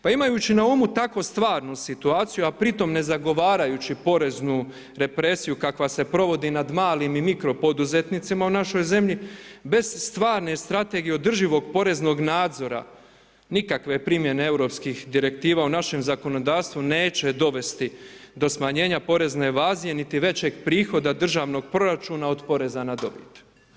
Pa imajući na umu takvu stvarnu situaciju, a pri tome ne zagovarajući poreznu represiju, kakova se provodi nad malim i mikro poduzetnicima u našoj zemlji, bez stvarne strategije, održivog poreznih nadzora, nikakve primjene europskih direktiva u našem zakonodavstvu neće dovesti do smanjenja porezne evazije, niti većeg prihoda državnog proračuna od poreza na dobit.